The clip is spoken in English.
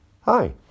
Hi